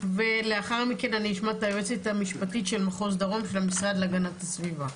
ולאחר מכן אני אשמע את היועצת המשפטית של מחוז דרום במשרד להגנת הסביבה.